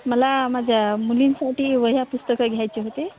मला माझ्या मुलींसाठी वह्या पुस्तकं घ्यायचे होते